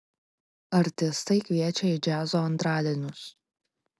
artistai kviečia į džiazo antradienius